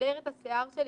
לסדר את השיער שלי,